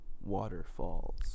waterfalls